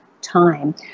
time